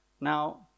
Now